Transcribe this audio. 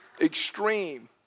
extreme